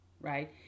Right